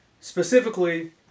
Specifically